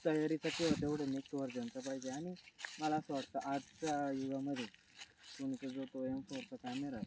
तयारी तर तेवढं नेक्स्ट वर्जनचं पाहिजे आणि मला असं वाटतं आजच्या युगामध्ये कॅमेरा आहे